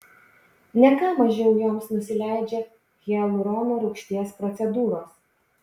ne ką mažiau joms nusileidžia hialurono rūgšties procedūros